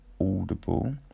Audible